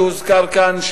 שהוזכר כאן,